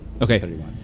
Okay